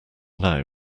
now